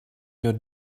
your